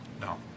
No